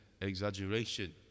exaggeration